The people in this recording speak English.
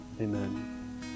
amen